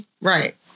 Right